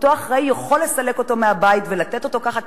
אותו אחראי יכול לסלק אותו מהבית ולתת אותו ככה,